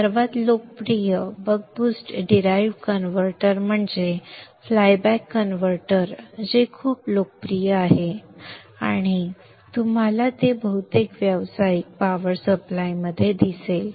सर्वात लोकप्रिय buck boost derived converter म्हणजे फ्लाय बॅक कन्व्हर्टर जे खूप लोकप्रिय आहे आणि तुम्हाला ते बहुतेक व्यावसायिक पावर सप्लाय मध्ये दिसेल